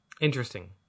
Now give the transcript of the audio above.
Interesting